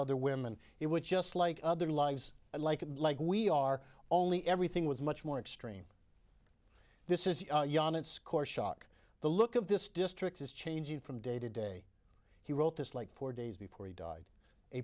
other women it was just like other lives like like we are only everything was much more extreme this is yawn it's course shock the look of this district is changing from day to day he wrote this like four days before he died a